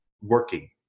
working